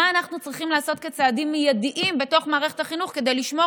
מה אנחנו צריכים לעשות כצעדים מיידיים בתוך מערכת החינוך כדי לשמור